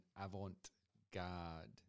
avant-garde